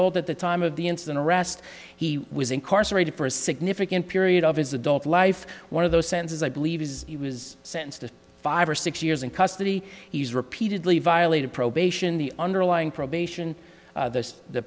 old at the time of the incident arrest he was incarcerated for a significant period of his adult life one of those sentences i believe is he was sentenced to five or six years in custody he's repeatedly violated probation the underlying probation